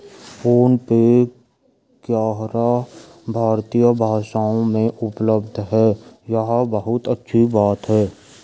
phone पे ग्यारह भारतीय भाषाओं में उपलब्ध है यह बहुत अच्छी बात है